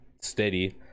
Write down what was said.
steady